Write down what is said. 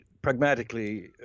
Pragmatically